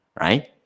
right